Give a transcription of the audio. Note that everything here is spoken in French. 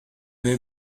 n’est